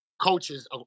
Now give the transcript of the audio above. coaches